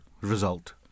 result